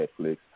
Netflix